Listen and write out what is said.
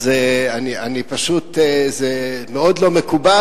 זה פשוט מאוד לא מקובל.